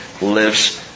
lives